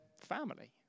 family